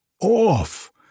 off